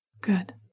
Good